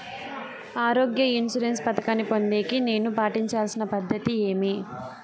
ఆరోగ్య ఇన్సూరెన్సు పథకాన్ని పొందేకి నేను పాటించాల్సిన పద్ధతి ఏమి?